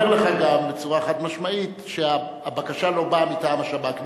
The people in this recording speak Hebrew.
אני רק אומר לך גם בצורה חד-משמעית שהבקשה לא באה מטעם השב"כ.